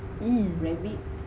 !ee!